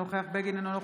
אינו נוכח יואב בן צור,